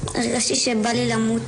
הסכנה המיידית של סגירת תכנית היל"ה,